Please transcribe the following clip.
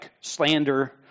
slander